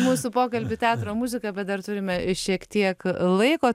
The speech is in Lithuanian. mūsų pokalbį teatro muzika bet dar turime šiek tiek laiko